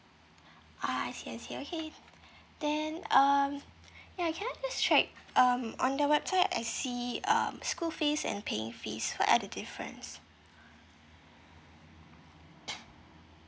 ah I see I see okay then um yeah can I just check um on the website I see um school fees and paying fees what are the difference